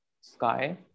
sky